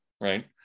right